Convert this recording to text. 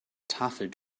tafel